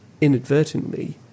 inadvertently